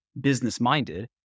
business-minded